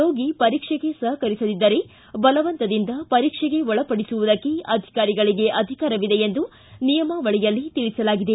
ರೋಗಿ ಪರೀಕ್ಷೆಗೆ ಸಹಕರಿಸದಿದ್ದರೆ ಬಲವಂತದಿಂದ ಪರೀಕ್ಷೆಗೆ ಒಳಪಡಿಸುವುದಕ್ಕೆ ಅಧಿಕಾರಿಗಳಿಗೆ ಅಧಿಕಾರವಿದೆ ಎಂದು ನಿಯಮಾವಳಿಯಲ್ಲಿ ತಿಳಿಸಲಾಗಿದೆ